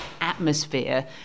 atmosphere